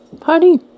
Party